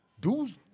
Dudes